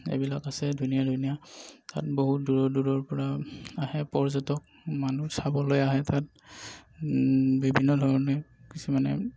এইবিলাক আছে ধুনীয়া ধুনীয়া তাত বহুত দূৰৰ দূৰৰ পৰা আহে পৰ্যটক মানুহ চাবলৈ আহে তাত বিভিন্ন ধৰণে কিছুমানে